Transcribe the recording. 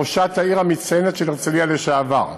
ראשת העיר המצטיינת של הרצליה לשעבר,